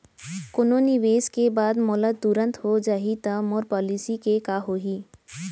कोनो निवेश के बाद मोला तुरंत हो जाही ता मोर पॉलिसी के का होही?